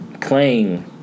playing